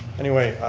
anyway,